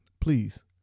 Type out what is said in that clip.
please